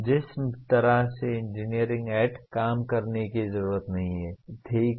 जिस तरह से इंजीनियर को काम करने की ज़रूरत नहीं है ठीक है